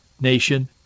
nation